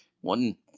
one